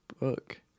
book